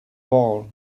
ball